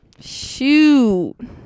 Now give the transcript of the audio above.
Shoot